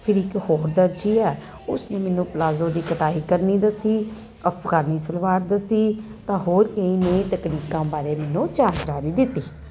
ਫਿਰ ਇੱਕ ਹੋਰ ਦਰਜੀ ਆ ਉਸਨੇ ਮੈਨੂੰ ਪਲਾਜੋ ਦੀ ਕਟਾਈ ਕਰਨੀ ਦੱਸੀ ਅਫਗਾਨੀ ਸਲਵਾਰ ਦੱਸੀ ਤਾਂ ਹੋਰ ਕਈ ਨਈਂ ਤਕਨੀਕਾਂ ਬਾਰੇ ਮੈਨੂੰ ਜਾਣਕਾਰੀ ਦਿੱਤੀ